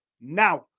Now